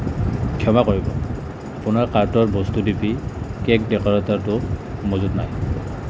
ক্ষমা কৰিব আপোনাৰ কাৰ্টৰ বস্তু ডিপি কেক ডেকোৰেটৰটো মজুত নাই